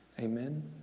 Amen